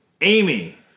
Amy